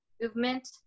movement